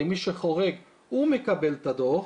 ומי שחורג מקבל את הדוח,